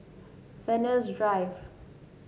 Venus Drive